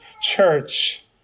church